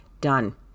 Done